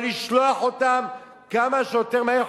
אבל לשלוח אותם כמה שיותר מהר חזרה,